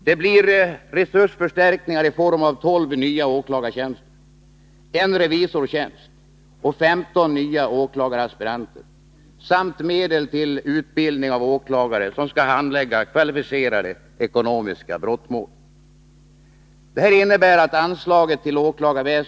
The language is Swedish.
Det blir resursförstärkningar i form av tolv nya åklagartjänster, en revisortjänst och femton nya åklagaraspiranter samt medel till utbildning av åklagare som skall handlägga kvalificerade ekonomiska brottmål.